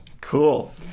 cool